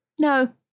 No